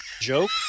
joke